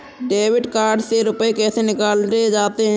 Debit card से रुपये कैसे निकाले जाते हैं?